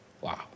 Wow